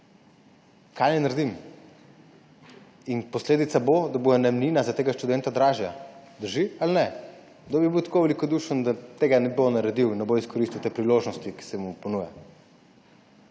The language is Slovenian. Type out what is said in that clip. kaj naj naredim?« In posledica bo, da bo najemnina za tega študenta dražja. Drži ali ne? Kdo bi bil tako velikodušen, da tega ne bo naredil in ne bo izkoristil te priložnosti, ki se mu ponuja?